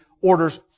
orders